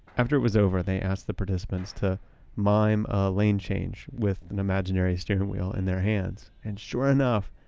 after it was over, they asked the participants to mime a lane change with an imaginary steering wheel in their hand. and sure enough,